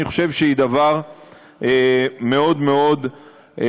אני חושב שזה דבר מאוד מאוד חשוב.